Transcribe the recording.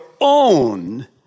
own